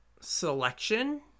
selection